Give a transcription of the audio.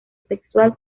sexual